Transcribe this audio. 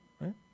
right